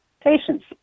patients